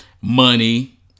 money